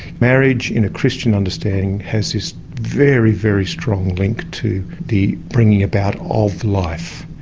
marriage in a christian understanding has this very very strong link to the bringing about of life.